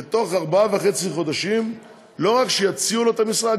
ובתוך ארבעה וחצי חודשים לא רק שיציעו לו את המשרה,